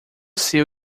sei